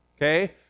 okay